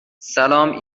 سلام